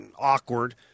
awkward